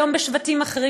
היום בשבטים אחרים,